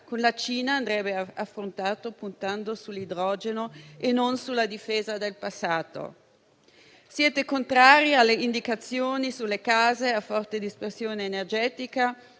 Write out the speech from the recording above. con la Cina andrebbe affrontato puntando sull'idrogeno e non sulla difesa del passato. Siete contrari alle indicazioni sulle case a forte dispersione energetica